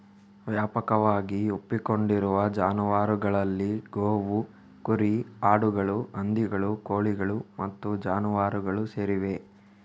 ವ್ಯಾಪಕವಾಗಿ ಒಪ್ಪಿಕೊಂಡಿರುವ ಜಾನುವಾರುಗಳಲ್ಲಿ ಗೋವು, ಕುರಿ, ಆಡುಗಳು, ಹಂದಿಗಳು, ಕೋಳಿಗಳು ಮತ್ತು ಜಾನುವಾರುಗಳು ಸೇರಿವೆ